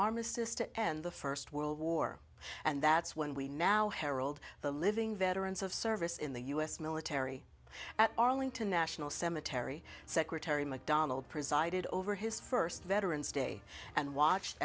armistice to end the first world war and that's when we now herald the living veterans of service in the u s military at arlington national cemetery secretary mcdonald presided over his first veterans day and watched